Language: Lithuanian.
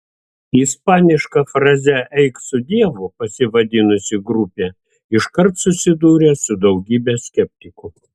ispaniška fraze eik su dievu pasivadinusi grupė iškart susidūrė su daugybe skeptikų